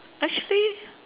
actually